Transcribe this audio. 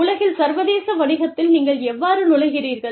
உலகில் சர்வதேச வணிகத்தில் நீங்கள் எவ்வாறு நுழைகிறீர்கள்